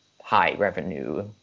high-revenue